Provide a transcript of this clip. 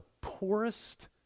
poorest